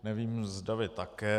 Nevím, zda vy také.